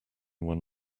one